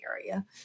area